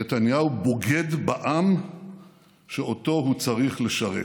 נתניהו בוגד בעם שאותו הוא צריך לשרת.